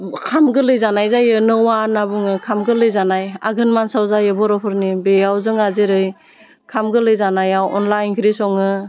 ओंखाम गोरलै जानाय जायो नौवा होन्ना बुङो ओंखाम गोरलै जानाय आघोन मासाव जायो बर'फोरनि बेयाव जोंहा जेरै खाम गोरलै जानायाव अनला ओंख्रि सङो